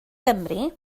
gymru